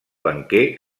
banquer